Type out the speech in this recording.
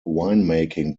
winemaking